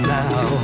now